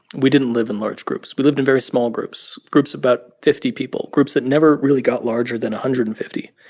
we didn't live in large groups. we lived in very small groups, groups about fifty people, groups that never really got larger than one hundred and fifty.